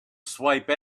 swipe